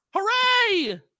Hooray